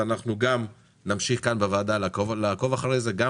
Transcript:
ואנחנו גם נמשיך כאן בוועדה לעקוב אחרי זה גם